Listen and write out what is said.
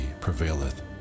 prevaileth